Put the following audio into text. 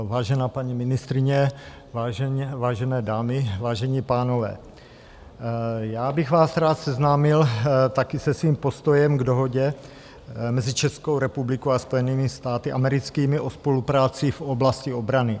Vážená paní ministryně, vážené dámy, vážení pánové, já bych vás rád seznámil taky se svým postojem k Dohodě mezi Českou republikou a Spojenými státy americkými o spolupráci v oblasti obrany.